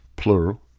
Plural